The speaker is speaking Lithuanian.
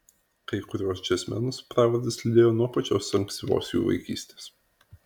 kai kuriuos džiazmenus pravardės lydėjo nuo pačios ankstyvos jų vaikystės